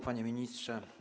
Panie Ministrze!